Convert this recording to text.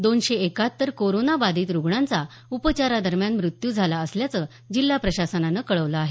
दोनशे एकाहत्तर कोरोना बाधित रुग्णांचा उपचारादरम्यान मृत्यू झाला असल्याचं जिल्हा प्रशासनानं कळवलं आहे